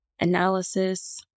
analysis